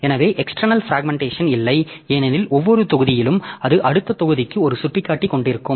எனவே external fragmentation இல்லை ஏனெனில் ஒவ்வொரு தொகுதியிலும் அது அடுத்த தொகுதிக்கு ஒரு சுட்டிக்காட்டி கொண்டிருக்கும்